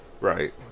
right